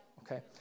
Okay